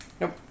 Nope